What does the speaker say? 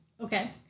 Okay